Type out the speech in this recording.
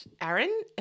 Aaron